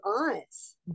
eyes